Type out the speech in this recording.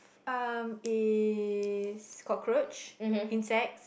um it's cockroach insects